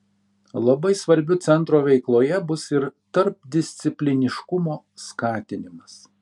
labai svarbiu centro veikloje bus ir tarpdiscipliniškumo skatinimas